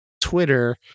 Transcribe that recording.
Twitter